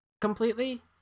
completely